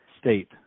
state